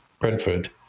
Brentford